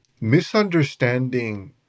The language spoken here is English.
misunderstanding